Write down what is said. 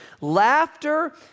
Laughter